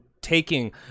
Taking